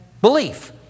belief